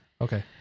Okay